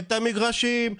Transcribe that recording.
את המגרשים,